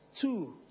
Two